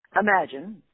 Imagine